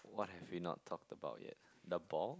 what have we not talked about yet